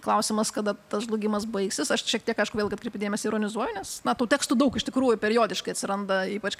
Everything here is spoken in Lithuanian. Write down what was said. klausimas kada tas žlugimas baigsis aš šiek tiek aišku vėlgi atkreipiu dėmesį ironizuoju nes nu tų tekstų daug iš tikrųjų periodiškai atsiranda ypač